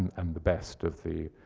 and the best of the